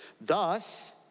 thus